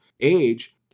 age